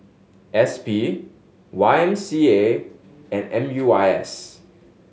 S P Y M C A and M U I S